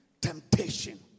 temptation